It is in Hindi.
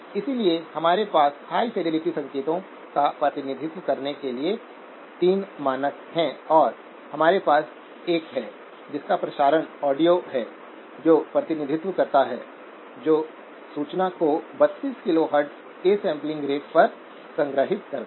इसलिए हमारे पास हाई फिडेलिटी संकेतों का प्रतिनिधित्व करने के लिए 3 मानक हैं और हमारे पास 1 है जिसका प्रसारण ऑडियो है जो प्रतिनिधित्व करता है जो सूचना को 32 किलोहर्ट्ज़ के सैंपलिंग रेट पर संग्रहीत करता है